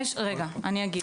אגיד: